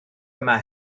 yna